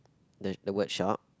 the the word sharp